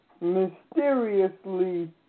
mysteriously